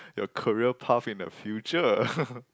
your career path in the future